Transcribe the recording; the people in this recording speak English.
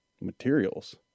materials